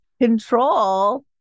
control